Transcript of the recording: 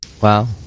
wow